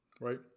right